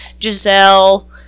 Giselle